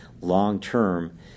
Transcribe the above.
long-term